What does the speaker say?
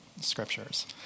scriptures